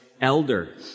elder